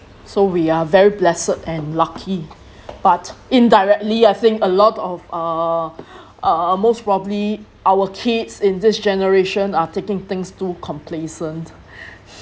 so we are very blessed and lucky but indirectly I think a lot of uh uh most probably our kids in this generation are taking things too complacent